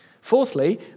Fourthly